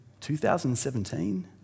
2017